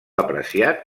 apreciat